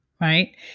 Right